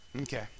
Okay